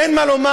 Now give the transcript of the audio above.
אין מה לומר,